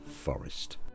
Forest